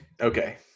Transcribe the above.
Okay